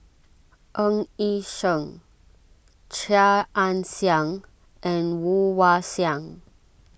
Ng Yi Sheng Chia Ann Siang and Woon Wah Siang